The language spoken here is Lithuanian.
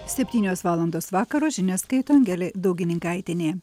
septynios valandos vakaro žinias skaito angelė daugininkaitienė